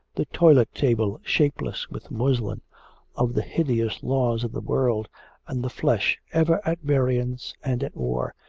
the toilet-table shapeless with muslin of the hideous laws of the world and the flesh, ever at variance and at war,